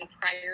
prior